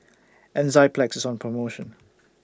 Enzyplex IS on promotion